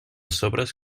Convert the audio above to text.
sobres